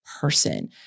person